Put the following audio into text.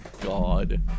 God